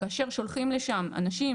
כאשר שולחים לשם אנשים,